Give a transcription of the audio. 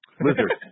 lizard